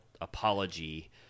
apology